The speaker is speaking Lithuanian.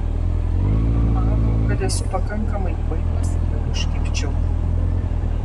mano kad esu pakankamai kvailas jog užkibčiau